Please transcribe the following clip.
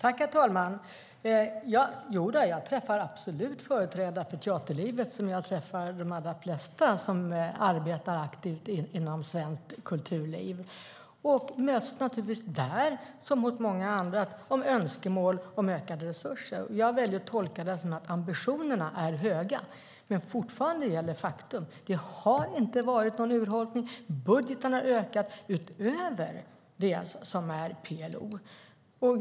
Herr talman! Jodå, jag träffar absolut företrädare för teaterlivet. Jag träffar de allra flesta som arbetar aktivt inom svenskt kulturliv. Jag möts naturligtvis där, liksom hos många andra, av önskemål om ökade resurser. Jag väljer att tolka det så att ambitionerna är höga. Men fortfarande gäller faktum: Det har inte varit någon urholkning. Budgeten har ökat utöver det som är pris och löneomräkningen, PLO.